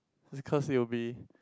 because it will be